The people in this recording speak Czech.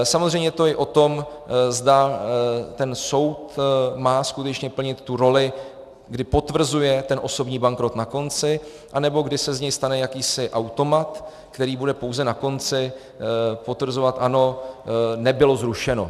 Samozřejmě je to i o tom, zda ten soud má skutečně plnit tu roli, kdy potvrzuje ten osobní bankrot na konci, anebo kdy se z něj stane jakýsi automat, který bude pouze na konci potvrzovat ano, nebylo zrušeno.